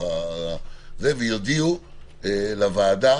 ויודיעו לוועדה